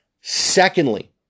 Secondly